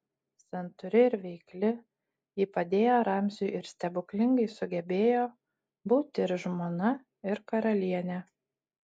santūri ir veikli ji padėjo ramziui ir stebuklingai sugebėjo būti ir žmona ir karalienė